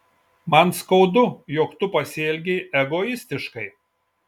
man skaudu jog tu pasielgei egoistiškai